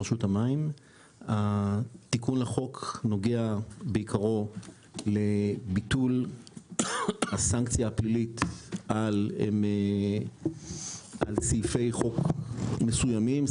התיקון לחוק נוגע בעיקרו לביטול הסנקציה הפלילית על סעיפי חוק מסוימים,